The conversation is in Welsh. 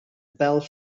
fel